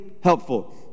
helpful